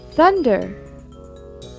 thunder